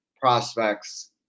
prospects